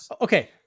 Okay